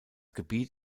gebiet